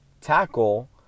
tackle